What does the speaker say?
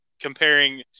comparing